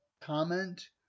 comment